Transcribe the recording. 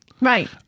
right